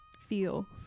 Feel